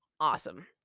awesome